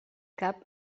cap